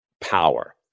power